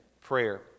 prayer